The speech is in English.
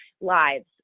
lives